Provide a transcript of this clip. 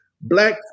Black